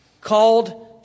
called